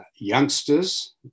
youngsters